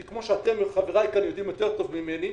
כי כמו שאתך וחבריי יודעים יותר טוב ממני,